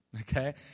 Okay